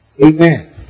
Amen